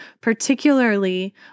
particularly